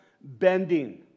bending